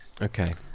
Okay